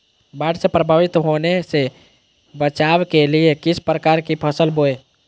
बाढ़ से प्रभावित होने से बचाव के लिए किस प्रकार की फसल बोए?